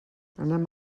anem